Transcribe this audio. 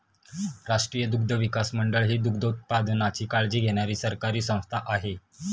राष्ट्रीय दुग्धविकास मंडळ ही दुग्धोत्पादनाची काळजी घेणारी सरकारी संस्था आहे